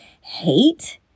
hate